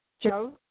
Joe